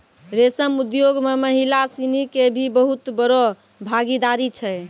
रेशम उद्योग मॅ महिला सिनि के भी बहुत बड़ो भागीदारी छै